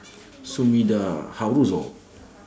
Sumida Haruzo